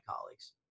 colleagues